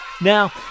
Now